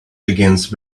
against